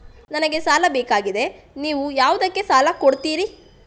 ನನಗೆ ಸಾಲ ಬೇಕಾಗಿದೆ, ನೀವು ಯಾವುದಕ್ಕೆ ಸಾಲ ಕೊಡ್ತೀರಿ?